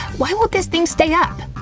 why won't this thing stay up?